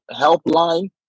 helpline